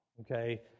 okay